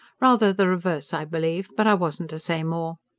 rather the reverse, i believe. but i wasn't to say more.